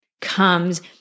comes